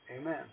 Amen